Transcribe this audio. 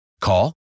Call